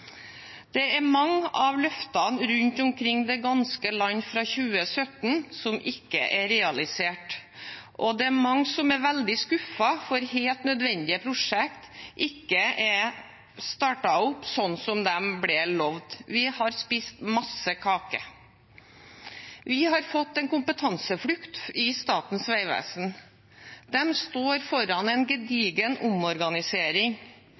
Det er mange av løftene rundt omkring i det ganske land fra 2017 som ikke er realisert, og det er mange som er veldig skuffet fordi helt nødvendige prosjekter ikke er startet opp slik som det ble lovet. Vi har spist masse kake. Vi har fått en kompetanseflukt i Statens vegvesen. De står foran en gedigen omorganisering.